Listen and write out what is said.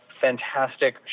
fantastic